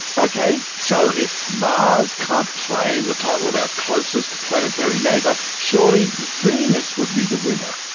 ok, so if mars can't claim the title of our closest planetary neighbour, surely venus would be the winner.